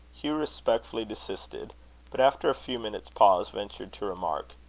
hugh respectfully desisted but after a few minutes' pause ventured to remark